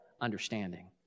understanding